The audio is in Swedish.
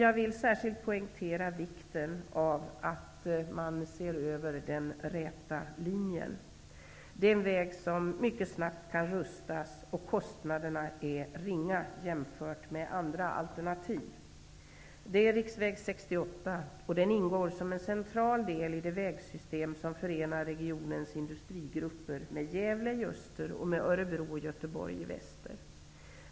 Jag vill särskilt poängtera vikten av att man ser över Räta linjen. Det är den väg som mycket snabbt kan rustas upp, och kostnaderna är ringa jämfört med andra alternativ. Riksväg 68 ingår som en central del i det vägsystem som förenar regionens industrigrupper med Gävle i öster och Örebro och Göteborg i väster.